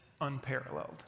unparalleled